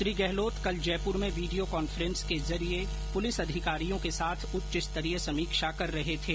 श्री गहलोत कल जयपुर में video conference के जरिए पुलिस अधिकारियों के साथ उच्च स्तरीय समीक्षा कर रहे थे